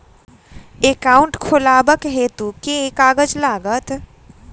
Account खोलाबक हेतु केँ कागज लागत?